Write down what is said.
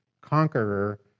Conqueror